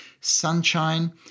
sunshine